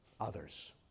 others